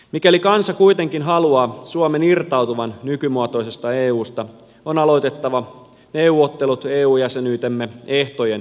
mikäli kansa kuitenkin haluaa suomen irtautuvan nykymuotoisesta eusta on aloitettava neuvottelut eu jäsenyytemme ehtojen muuttamisesta